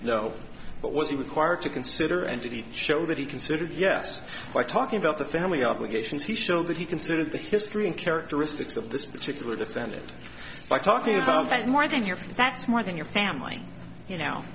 no but was he required to consider and to show that he considered yes by talking about the family obligations he still that he considered the history and characteristics of this particular defendant by talking about more than your facts more than your family you know